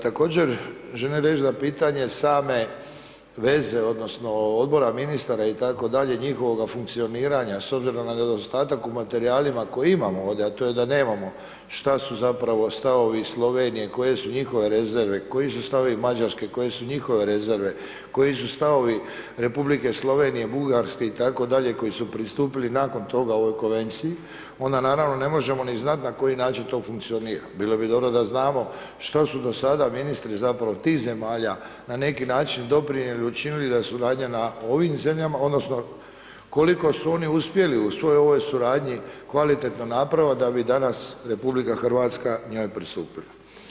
Također, želim reći da pitanje same veze odnosno odbora ministara itd., njihovog funkcioniranja s obzirom na nedostatak u materijalima koje imamo ovdje a to je da nemamo šta su zapravo stavovi Slovenije, koje u njihove rezerve, koji su stavovi Mađarske, koje su njihove rezerve, koji su stavovi Republike Slovenije, Bugarske itd. koji su pristupili nakon ovoj Konvenciji onda naravno ne možemo ni znat na koji način to funkcionira, bilo bi dobro da znamo što su do sada ministri zapravo tih zemalja na neki način doprinijeli, učinili da suradnja na ovim zemljama odnosno koliko su oni uspjeli u svoj ovoj suradnji kvalitetno napraviti da bi danas RH njoj pristupila.